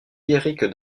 lyriques